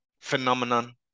phenomenon